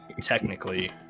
technically